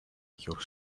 your